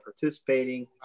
participating